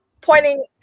pointing